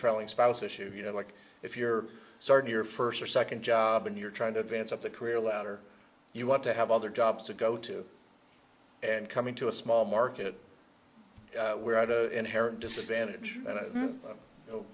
traveling spouse issue you know look if you're starting your first or second job and you're trying to advance up the career ladder you want to have other jobs to go to and coming to a small market we're out of inherent disadvantage